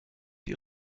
die